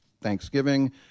Thanksgiving